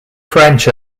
french